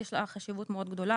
יש לו חשיבות מאוד גודלה.